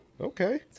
Okay